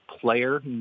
player